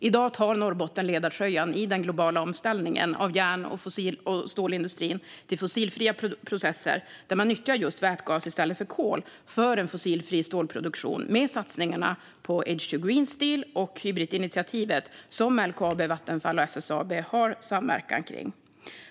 I dag tar Norrbotten ledartröjan i den globala omställningen av järn och stålindustrin till fossilfria processer där man nyttjar vätgas i stället för kol för en fossilfri stålproduktion, med satsningarna på H2 Green Steel och Hybrit-initiativet, där LKAB, Vattenfall och SSAB samverkar.